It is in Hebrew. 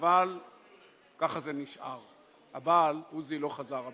אבל ככה זה נשאר, הבעל, עוזי, לא חזר הביתה.